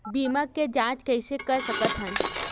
बीमा के जांच कइसे कर सकत हन?